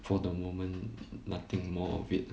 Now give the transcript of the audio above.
for the moment nothing more of it